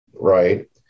Right